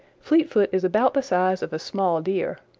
fleetfoot is about the size of a small deer,